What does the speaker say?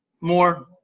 more